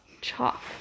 chalk